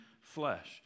flesh